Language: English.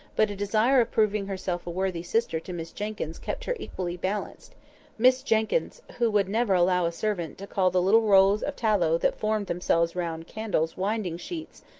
but a desire of proving herself a worthy sister to miss jenkyns kept her equally balanced miss jenkyns, who would never allow a servant to call the little rolls of tallow that formed themselves round candles winding-sheets,